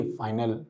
final